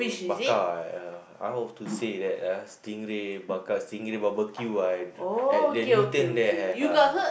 bakar I uh I hope to say that ah stingray bakar stingray barbecue at the Newton there have ah